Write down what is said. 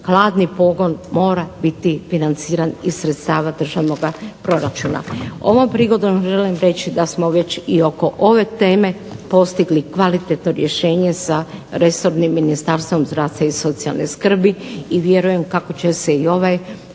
hladni pogon mora biti financiran iz sredstava državnoga proračuna. Ovom prigodom želim reći da smo već i oko ove teme postigli kvalitetno rješenje sa resornim ministarstvom zdravstva i socijalne skrbi i vjerujem kako će se i ovaj